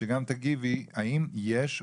שגם תגיבי האם יש,